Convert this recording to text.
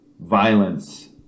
violence